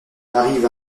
arrive